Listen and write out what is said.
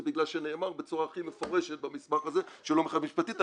זה בגלל שנאמר בצורה הכי מפורשת במסמך הזה שהוא לא מחייב משפטית.